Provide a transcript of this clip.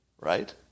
right